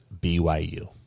BYU